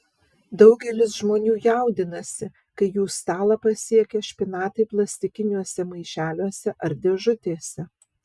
daugelis žmonių jaudinasi kai jų stalą pasiekia špinatai plastikiniuose maišeliuose ar dėžutėse